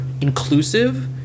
inclusive